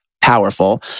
powerful